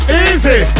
Easy